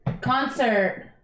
Concert